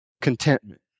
contentment